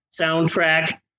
soundtrack